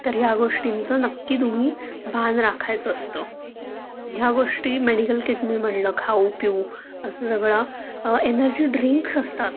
तर ह्या गोष्टींचं नक्की तुम्ही भान राखायचं असतं ह्या गोष्टी मेडिकल किट मी म्हणलं खाऊ पिऊ असं सगळं एनर्जी ड्रिंक्स असतात